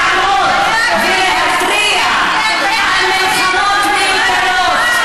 לעמוד ולהתריע על מלחמות מיותרות,